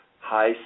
high